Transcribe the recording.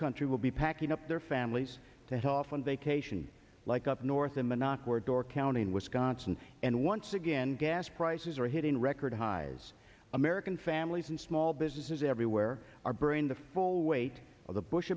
country will be packing up their families that often vacation like up north in minot or door county in wisconsin and once again gas prices are hitting record highs american families and small businesses everywhere are bringing the full weight of the bush